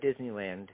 Disneyland